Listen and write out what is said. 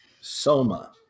Soma